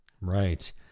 Right